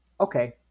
Okay